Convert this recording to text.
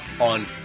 on